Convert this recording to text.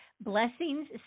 blessings